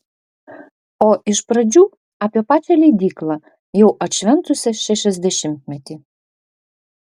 o iš pradžių apie pačią leidyklą jau atšventusią šešiasdešimtmetį